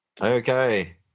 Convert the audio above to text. Okay